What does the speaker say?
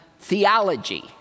theology